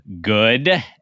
good